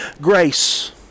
grace